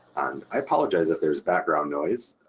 i apologize if there's background noise,